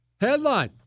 Headline